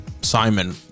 Simon